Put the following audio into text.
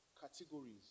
categories